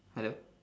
hello